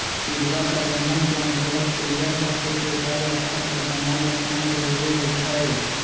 पिलुआ प्रबंधन के अंतर्गत पिलुआ सभके स्वीकार्य स्तर पर बनाएल रखनाइ जरूरी होइ छइ